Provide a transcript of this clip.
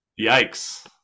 Yikes